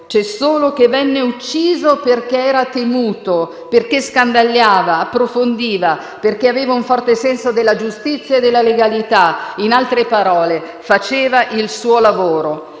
c'è solo che venne ucciso perché era temuto, perché scandagliava, approfondiva, perché aveva un forte senso della giustizia e della legalità. In altre parole, faceva il suo lavoro.